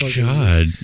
god